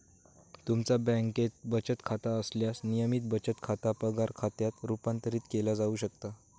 तुमचा बँकेत बचत खाता असल्यास, नियमित बचत खाता पगार खात्यात रूपांतरित केला जाऊ शकता